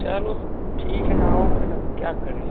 चलो ठीक है आओ फिर अब क्या करें